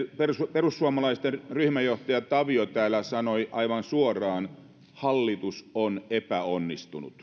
perussuomalaisten ryhmäjohtaja tavio täällä sanoi aivan suoraan hallitus on epäonnistunut